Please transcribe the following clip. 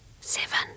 seven